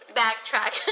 backtrack